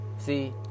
See